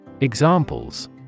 Examples